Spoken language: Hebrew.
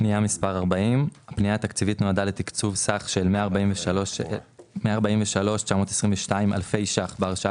הפנייה התקציבית נועדה לתקצוב סך של 143,922 אלפי שקלים בהרשאה